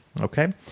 Okay